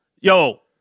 yo